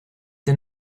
did